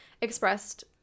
expressed